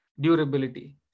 durability